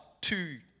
two